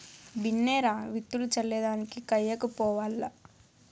బిన్నే రా, విత్తులు చల్లే దానికి కయ్యకి పోవాల్ల